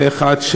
פה אחד,